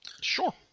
Sure